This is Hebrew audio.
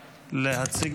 הראשונה.